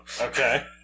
Okay